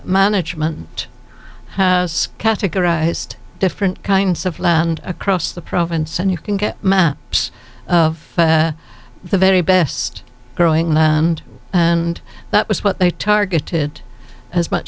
management has categorized different kinds of land across the province and you can get some of the very best growing land and that was what they targeted as much